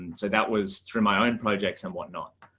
and so that was through my own projects and whatnot.